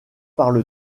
parle